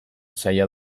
zaila